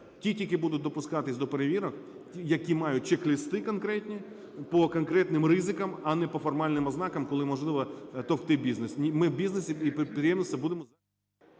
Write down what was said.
ті тільки будуть допускатися до перевірок, які мають чек-листи конкретні по конкретним ризикам, а не по формальним ознакам, коли можливо товкти бізнес. Ми бізнес і підприємців будемо…